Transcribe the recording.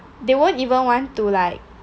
they won't even want to like